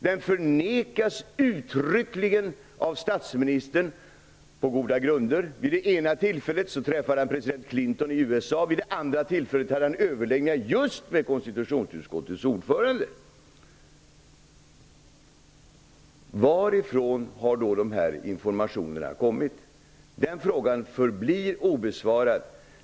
Den förnekas uttryckligen av statsministern, och på goda grunder. Vid det ena tillfället träffar han president Clinton i USA, och vid det andra har han överläggningar just med konstitutionsutskottets ordförande. Varifrån har då de här informationerna kommit? Den frågan förblir obesvarad.